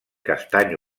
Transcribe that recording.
castany